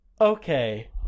Okay